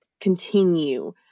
continue